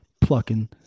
plucking